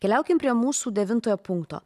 keliaukim prie mūsų devintojo punkto